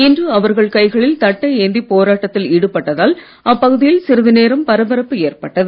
இன்று அவர்கள் கைகளில் தட்டை ஏந்தி போராட்டத்தில் ஈடுபட்டதால் அப்பகுதியில் சிறிது நேரம் பரபரப்பு ஏற்பட்டது